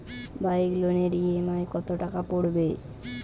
Bike লোনের EMI কত টাকা পড়বে?